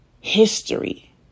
history